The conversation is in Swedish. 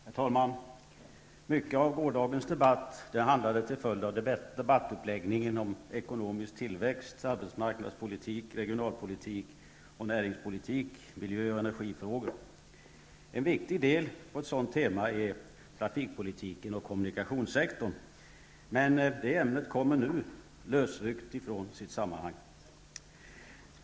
Herr talman! Mycket av gårdagens debatt handlade till följd av debattuppläggningen om ekonomisk tillväxt, arbetsmarknadspolitik, regionalpolitik och näringspolitik, miljö och energifrågor. En viktig del i ett sådant tema är trafikpolitiken, och kommunikationssektorn. Men det ämnet kommer nu lösryckt från sammanhanget.